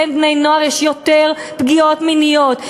בין בני-נוער יש יותר פגיעות מיניות,